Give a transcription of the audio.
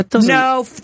No